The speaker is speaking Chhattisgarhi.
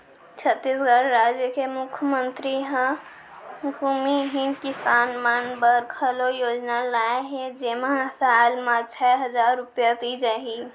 छत्तीसगढ़ राज के मुख्यमंतरी ह भूमिहीन किसान मन बर घलौ योजना लाए हे जेमा साल म छै हजार रूपिया दिये जाही